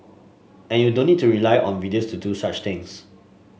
and you don't need to rely on videos to do such things